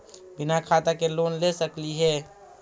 बिना खाता के लोन ले सकली हे?